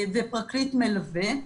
ופרקליט מלווה.